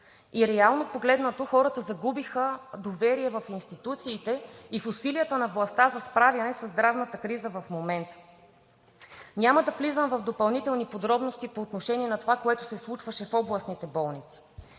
и реално погледнато хората загубиха доверие в институциите и в усилията на властта със справяне със здравната криза в момента. Няма да влизам в допълнителни подробности по отношение на това, което се случваше в областните болници.